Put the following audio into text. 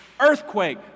earthquake